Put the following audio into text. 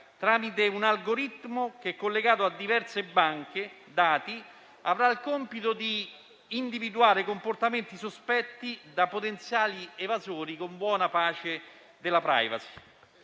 tramite un algoritmo che, collegato a diverse banche dati, avrà il compito di individuare comportamenti sospetti di potenziali evasori, con buona pace della *privacy.*